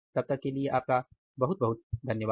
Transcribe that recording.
तब तक के लिए बहुत बहुत धन्यवाद